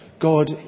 God